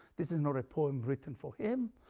this is not a poem written for him,